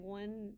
one